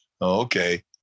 okay